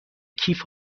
کیف